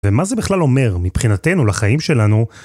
ומה זה בכלל אומר מבחינתנו לחיים שלנו?